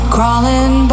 Crawling